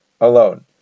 alone